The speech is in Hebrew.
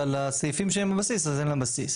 אבל הסעיפים שהם בבסיס אז הם בבסיס.